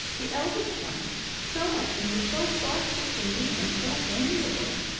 the eldest one, so much and was so thoughtful for me and so amiable!